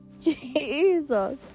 Jesus